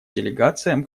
делегациям